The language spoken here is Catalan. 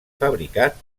fabricat